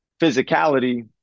physicality